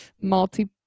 multi